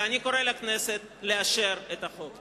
ואני קורא לכנסת לאשר את החוק.